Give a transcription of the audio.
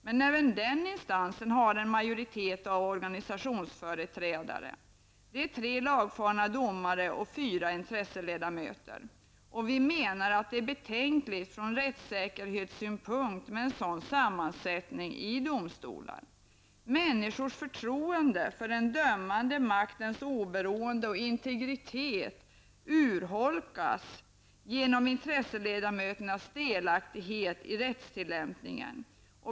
Men även den instansen har en majoritet av organisationsföreträdare -- tre lagfarna domare och fyra intresseledamöter. Vi anser att det är betänkligt från rättssäkerhetssynpunkt med en sådan sammansättning i domstolar. Människors förtroende för den dömande maktens oberoende och integritet urholkas genom intresseledamöternas delaktighet i rättstillämpningen.